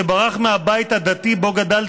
שברח מהבית הדתי שבו גדל,